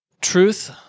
truth